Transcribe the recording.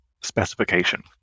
specification